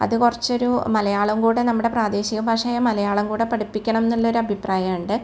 അത് കുറച്ചൊരു മലയാളം കൂടെ നമ്മുടെ പ്രാദേശിക ഭാഷയായ മലയാളം കൂടി പഠിപ്പിക്കണം എന്നുള്ളൊരു അഭിപ്രായമുണ്ട്